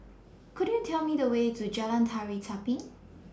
Could YOU Tell Me The Way to Jalan Tari Zapin